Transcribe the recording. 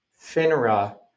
FINRA